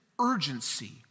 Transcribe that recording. urgency